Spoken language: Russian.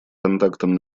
контактам